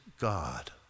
God